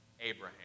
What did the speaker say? Abraham